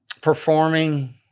performing